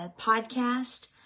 podcast